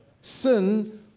Sin